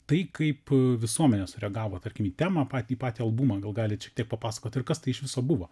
tai kaip visuomenė sureagavo tarkim į temą į patį albumą gal galit šiek tiek papasakot kas tai iš viso buvo